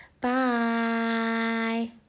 bye